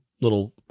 little